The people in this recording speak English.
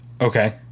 Okay